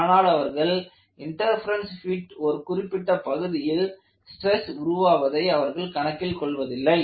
ஆனால் அவர்கள் interference fit ஒரு குறிப்பிட்ட பகுதியில் ஸ்ட்ரெஸ் உருவாவதை அவர்கள் கணக்கில் கொள்வதில்லை